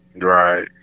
Right